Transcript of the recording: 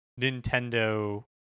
nintendo